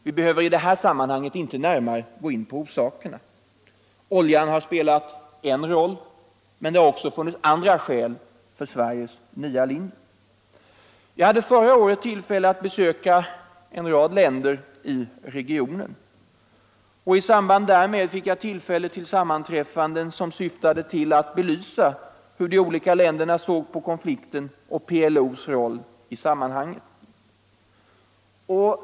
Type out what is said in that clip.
Vi behöver i detta sammanhang inte gå närmare in på orsakerna. Oljan har spelat en roll, men det har också funnits andra skäl för Sveriges nya linje. Jag hade förra året tillfälle att besöka en rad länder i regionen. I samband därmed fick jag tillfälle till sammanträffanden som syftade till att visa hur de olika länderna såg på konflikten och PLO:s roll i sammanhanget.